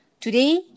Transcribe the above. Today